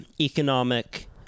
economic